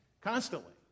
Constantly